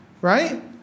right